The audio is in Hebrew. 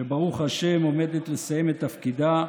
שברוך השם, עומדת לסיים את תפקידה,